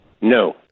No